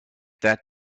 that